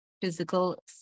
physical